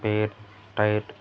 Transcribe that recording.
spare tight